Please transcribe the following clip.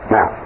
Now